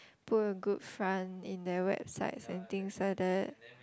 put a good front in they website and things like that